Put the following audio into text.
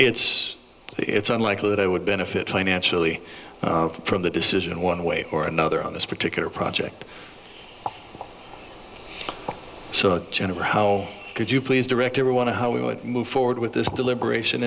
it's it's unlikely that i would benefit financially from the decision one way or another on this particular project so general how could you please direct your want to how we would move forward with this deliberation